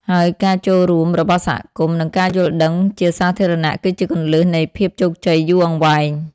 ហើយការចូលរួមរបស់សហគមន៍ និងការយល់ដឹងជាសាធារណៈគឺជាគន្លឹះនៃភាពជោគជ័យយូរអង្វែង។